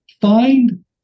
find